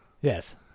Yes